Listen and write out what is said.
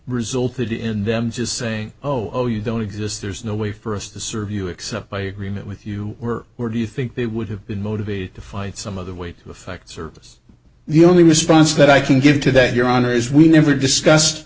resulted in them just say oh no you don't exist there's no way for us to serve you except by agreement with you were or do you think they would have been motivated to find some other way to affect service the only response that i can give to that your honor is we never discussed